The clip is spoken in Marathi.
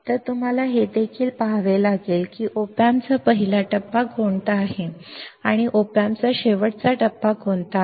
तर तुम्हाला हे देखील पहावे लागेल की op amp चा पहिला टप्पा कोणता आहे आणि op amp चा शेवटचा टप्पा कोणता आहे